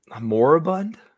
moribund